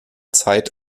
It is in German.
zeit